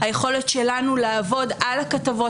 היכולת שלנו לעבוד על הכתבות,